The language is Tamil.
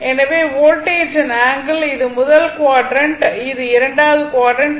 எனவே வோல்டேஜின் ஆங்கிள் இது முதல் குவாட்ரண்ட் இது இரண்டாவது குவாட்ரண்ட்